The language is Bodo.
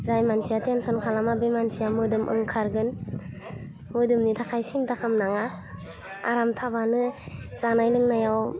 जाय मानसिया टेनसन खालामा बे मानसिया मोदोम ओंखारगोन मोदोमनि थाखाय सिन्था खालाम नाङा आराम थाबानो जानाय लोंनायाव